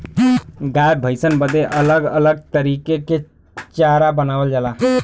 गाय भैसन बदे अलग अलग तरीके के चारा बनावल जाला